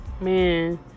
Man